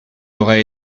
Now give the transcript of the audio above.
aurait